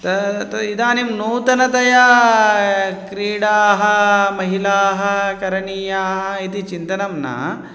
तत् इदानीं नूतनतया क्रीडाः महिलाः करणीयाः इति चिन्तनं न